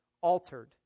altered